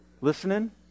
Listening